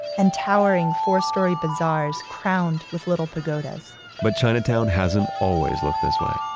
and towering four-story bazaars crowned with little pagodas but chinatown hasn't always looked this way.